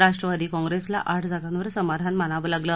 राष्ट्रवादी काँप्रेसला आठ जागांवर समाधान मानावं लागलं